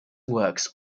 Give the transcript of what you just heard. works